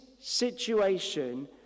situation